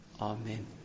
Amen